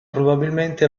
probabilmente